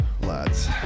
Lads